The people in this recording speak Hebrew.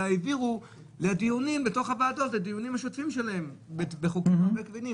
אלא העבירו לדיונים השוטפים בוועדות.